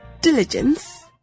diligence